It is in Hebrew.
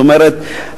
זאת אומרת,